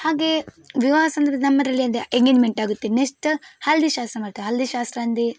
ಹಾಗೆ ವಿವಾಹ ಸಂದರ್ಭ ನಮ್ಮದರಲ್ಲಿ ಅಂದೆ ಎಂಗೇಜ್ಮೆಂಟಾಗುತ್ತೆ ನೆಸ್ಟ್ ಹಳದಿ ಶಾಸ್ತ ಮಾಡ್ತಾರೆ ಹಳದಿ ಶಾಸ್ತ್ರ ಅಂದೆ